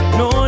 no